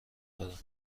دارم